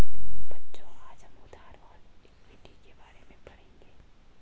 बच्चों आज हम उधार और इक्विटी के बारे में पढ़ेंगे